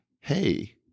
hey